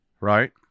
Right